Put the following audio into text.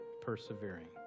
persevering